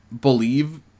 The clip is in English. believe